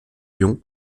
lyon